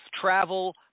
travel